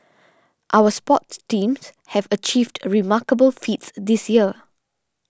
our sports teams have achieved remarkable feats this year